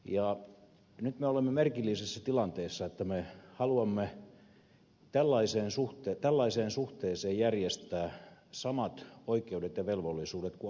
nyt me olemme merkillisessä tilanteessa että me haluamme tällaiseen suhteeseen järjestää samat oikeudet ja velvollisuudet kuin avioliitossa